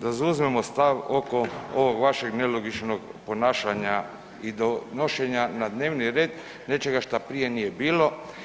da zauzmemo stav oko ovog vašeg nelogičnog ponašanja i donošenja na dnevni red nečega šta prije nije bilo.